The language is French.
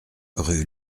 rue